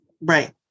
right